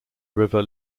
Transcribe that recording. river